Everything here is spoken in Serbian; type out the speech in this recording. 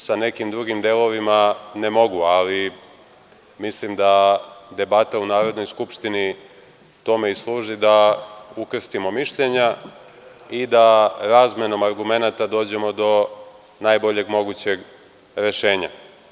Sa nekim drugim delovima ne mogu ali mislim da debata u Narodnoj skupštini tome i služi da ukrstimo mišljenja i da razmenom argumenata dođemo do najboljeg mogućeg rešenja.